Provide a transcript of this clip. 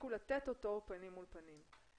יפסיקו לתת אותו פנים מול פנים.